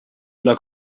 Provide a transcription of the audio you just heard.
luck